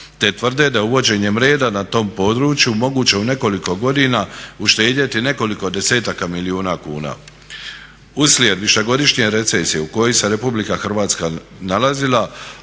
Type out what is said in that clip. te tvrde da je uvođenjem reda na tom području moguće u nekoliko godina uštedjeti nekoliko desetaka milijuna kuna. Uslijed višegodišnje recesije u kojoj se Republika Hrvatska nalazila,